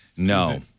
No